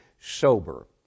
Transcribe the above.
sober